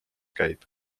käib